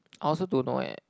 I also don't know eh